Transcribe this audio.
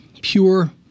pure